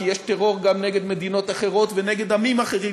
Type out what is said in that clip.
כי יש טרור נגד מדינות אחרות ונגד עמים אחרים,